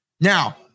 Now